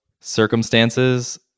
circumstances